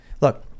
Look